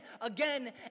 again